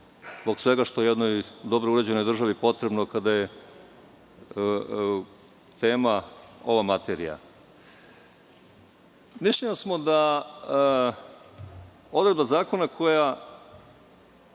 zbog svega što jednoj dobro uređenoj državi potrebno kada je tema ova materija. Mišljenja smo da odredba zakona koja